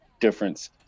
difference